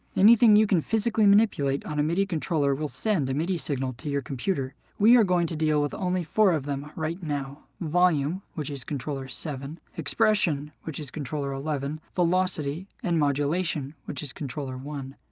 anything you can physically manipulate on a midi controller will send a midi signal to your computer. we are going to deal with only four of them right now volume, which is controller seven expression, which is controller eleven velocity and modulation, which is controller one.